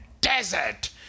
desert